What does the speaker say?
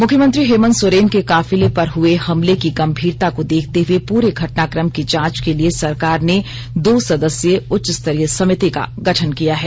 मुख्यमंत्री हेमन्त सोरेन के काफिले पर हुए हमले की गंभीरता को देखते हुए पूरे घटनाक्रम की जांच के लिए सरकार ने दो सदस्यीय उच्च स्तरीय समिति का गठन किया है